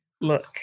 Look